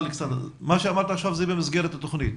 שאמרת עד עכשיו זה במסגרת התוכנית.